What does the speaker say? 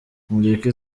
mureke